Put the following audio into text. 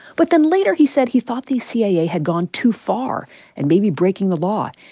but then later, he said he thought the cia had gone too far and maybe breaking the law.